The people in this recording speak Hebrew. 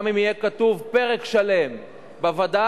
גם אם יהיה כתוב פרק שלם בווד"ל,